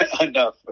enough